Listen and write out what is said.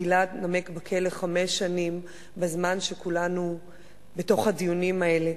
גלעד נמק בכלא חמש שנים בזמן שכולנו בתוך הדיונים האלה.